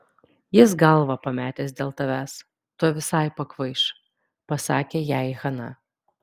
jis galvą pametęs dėl tavęs tuoj visai pakvaiš pasakė jai hana